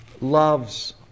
loves